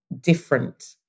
different